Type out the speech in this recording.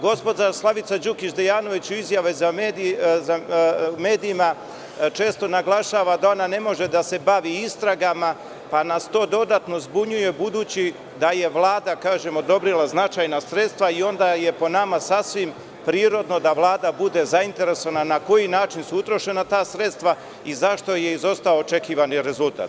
Gospođa Slavica Đukić Dejanović u izjavi medijima često naglašava da ona ne može da se bavi istragama, pa nas to dodatno zbunjuje, budući da je Vlada odobrila značajna sredstva i onda je po nama sasvim prirodno da Vlada bude zainteresovana na koji način su utrošena ta sredstva i zašto je izostao očekivani rezultat.